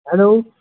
hello